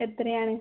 എത്ര ആണ്